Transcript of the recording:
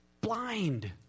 blind